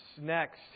next